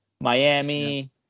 Miami